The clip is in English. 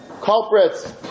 culprits